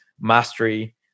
mastery